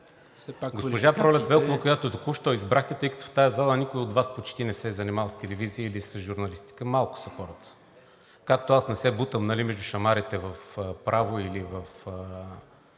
Госпожа Пролет Велкова, която току-що избрахте, тъй като в тази зала никой почти не се е занимавал с телевизия или с журналистика, малко са хората. Както аз не се бутам, нали, между шамарите в право или в